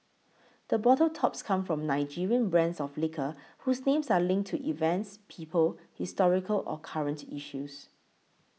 the bottle tops come from Nigerian brands of liquor whose names are linked to events people historical or current issues